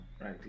right